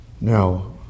now